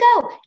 go